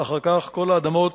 ואחר כך כל האדמות